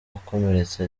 bakomeretse